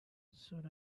should